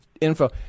info